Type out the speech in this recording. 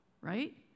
right